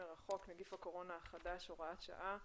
מרחוק (נגיף הקורונה החדש הוראת שעה),